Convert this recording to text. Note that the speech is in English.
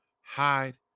Hide